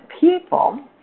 people